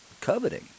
coveting